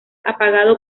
apagado